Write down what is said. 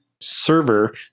server